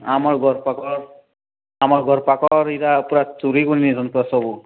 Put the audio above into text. ଆମର ଘର ପାଖ ଆମର ଘର ପାଖରେ ଏଇଟା ପୁରା ଚୋରି ବନେଇ ଦିଅନ୍ତି ସବୁ